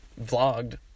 vlogged